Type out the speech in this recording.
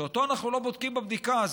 ואותו אנחנו לא בודקים בבדיקה הזאת,